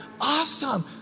Awesome